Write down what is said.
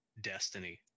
Destiny